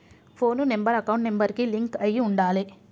పోను number account number కి link అయ్యి ఉండాలే